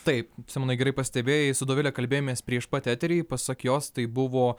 taip simonai gerai pastebėjai su dovile kalbėjomės prieš pat eterį pasak jos tai buvo